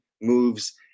moves